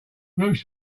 ruth